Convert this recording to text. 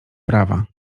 prawa